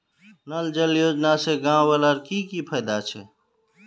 नल जल योजना से गाँव वालार की की फायदा छे?